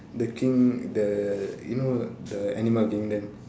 the king~ the you know the animal kingdom